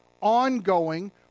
ongoing